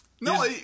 No